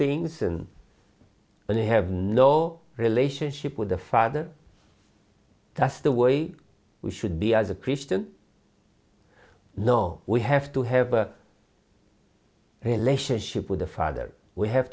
things and when i have no relationship with the father that's the way we should be as a christian no we have to have a relationship with the father we have